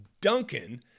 Duncan